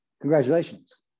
Congratulations